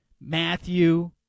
Matthew